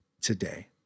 today